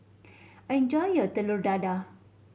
enjoy your Telur Dadah